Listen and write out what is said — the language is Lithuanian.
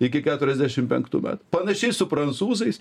iki keturiasdešim penktų metų panašiai su prancūzais